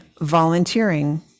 volunteering